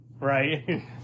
right